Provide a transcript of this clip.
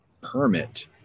permit